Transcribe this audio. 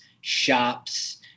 shops